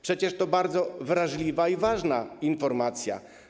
Przecież to jest bardzo wrażliwa i ważna informacja.